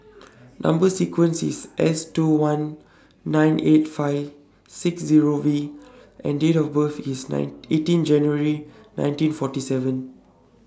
Number sequence IS S two one nine eight five six Zero V and Date of birth IS nine eighteen January nineteen forty seven